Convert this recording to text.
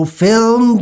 film